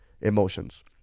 emotions